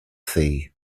sea